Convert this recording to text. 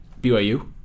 BYU